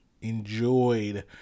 enjoyed